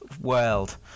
world